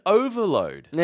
overload